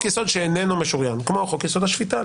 יסוד שאיננו משוריין כמו חוק יסוד: השפיטה,